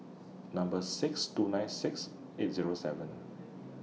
Number six two nine six eight Zero seven